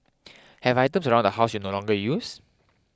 have items around the house you no longer use